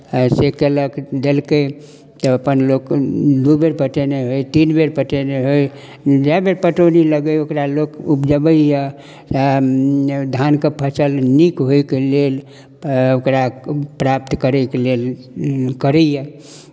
से कयलक देलकै तऽ अपन लोक दू बेर पटयने होय तीन बेर पटयने होय जाए बेर पटोरी लगय ओकरा लोक उपजबै यए धानके फसल नीक होयके लेल ओकरा प्राप्त करयके लेल करैए